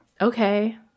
okay